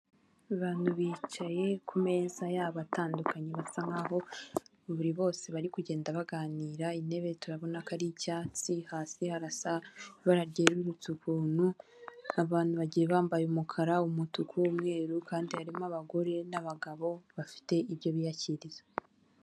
Ni akazu ka emutiyene k'umuhondo, kariho ibyapa byinshi mu bijyanye na serivisi zose za emutiyene, mo imbere harimo umukobwa, ubona ko ari kuganira n'umugabo uje kumwaka serivisi.